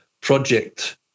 project